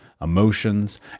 emotions